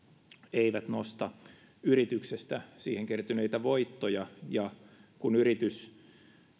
eivät nosta yrityksestä siihen kertyneitä voittoja ja kun yritys